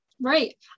Right